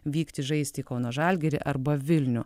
vykti žaisti į kauno žalgirį arba vilnių